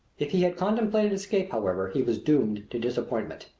if he had contemplated escape, however, he was doomed to disappointment.